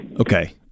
Okay